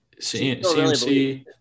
CMC